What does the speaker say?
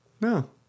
no